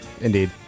Indeed